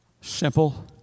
Simple